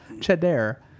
cheddar